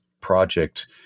project